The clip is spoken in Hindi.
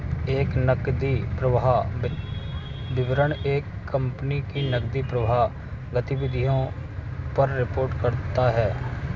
एक नकदी प्रवाह विवरण एक कंपनी की नकदी प्रवाह गतिविधियों पर रिपोर्ट करता हैं